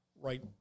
right